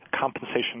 compensation